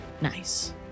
Nice